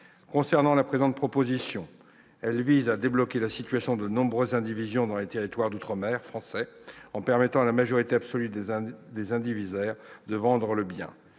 Concernant la présente proposition de loi, elle vise à débloquer la situation de nombreuses indivisions dans les territoires d'outre-mer français en permettant à la majorité absolue des indivisaires de vendre le bien.